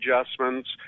adjustments